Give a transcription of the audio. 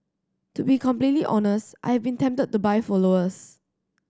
to be completely honest I have been tempted to buy followers